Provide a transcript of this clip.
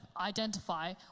identify